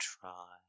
try